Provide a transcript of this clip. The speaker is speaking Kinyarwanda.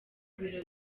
biro